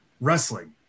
wrestling